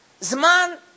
Zman